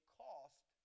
cost